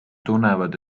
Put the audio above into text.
tunnevad